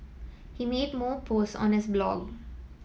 he made more posts on his blog